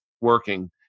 working